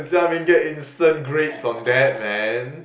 Jia-Ming get instant grades on that man